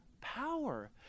power